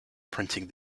printing